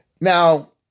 Now